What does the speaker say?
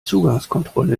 zugangskontrolle